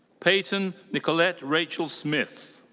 peyton nicholette rachel smith.